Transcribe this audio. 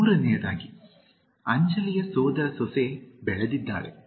ಮೂರನೆಯದಾಗಿ ಅಂಜಲಿಯ ಸೋದರ ಸೊಸೆ ಬೆಳೆದಿದ್ದಾಳೆ